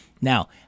Now